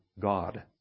God